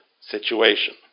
situation